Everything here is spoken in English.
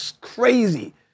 crazy